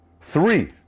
three